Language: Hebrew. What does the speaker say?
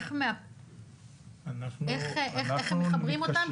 איך מחברים אותם?